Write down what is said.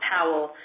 Powell